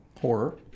Horror